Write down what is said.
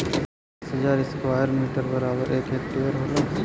दस हजार square metre बराबर एक हेक्टेयर होला